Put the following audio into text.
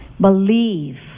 Believe